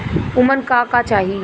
उमन का का चाही?